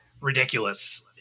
ridiculous